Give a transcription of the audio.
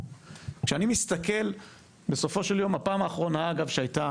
בפעם האחרונה שהייתה